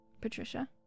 Patricia